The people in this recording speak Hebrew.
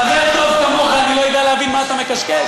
חבר טוב כמוך, אני לא אדע להבין מה אתה מקשקש?